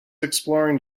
exploring